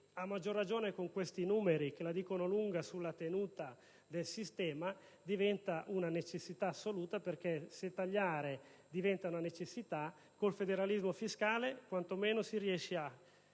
a maggior ragione con questi numeri, che la dicono lunga sulla tenuta del sistema - diventa una necessità assoluta. Infatti, se tagliare diventa indispensabile, con il federalismo fiscale quantomeno si riesce a